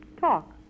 Talk